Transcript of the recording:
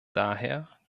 daher